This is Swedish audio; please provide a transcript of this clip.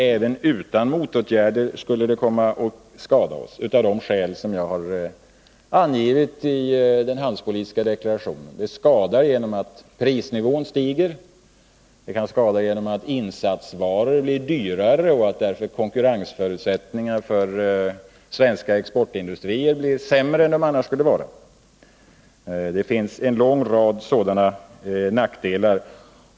Även utan motåtgärder skulle de komma att skada oss av de skäl som jag har angivit i den handelspolitiska deklarationen. De kan skada genom att prisnivån stiger, genom att insatsvaror blir dyrare och konkurrensförutsättningarna för svensk exportindustri därigenom blir sämre än de annars skulle vara — det finns en rad sådana nackdelar.